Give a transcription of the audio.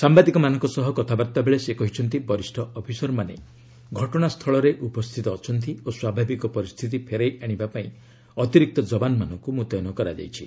ସାମ୍ବାଦିକମାନଙ୍କ ସହ କଥାବାର୍ତ୍ତା ବେଳେ ସେ କହିଛନ୍ତି ବରିଷ୍ଣ ଅଫିସରମାନେ ଘଟଣା ସ୍ଥଳରେ ଉପସ୍ଥିତ ଅଛନ୍ତି ଓ ସ୍ୱାଭାବିକ ପରିସ୍ଥିତି ଫେରାଇ ଆଶିବା ପାଇଁ ଅତିରିକ୍ତ ଯବାନମାନଙ୍କୁ ମୁତୟନ କରାଯାଇଛି